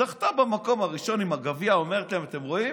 זכתה במקום הראשון בגביע, אומרת להם: אתם רואים?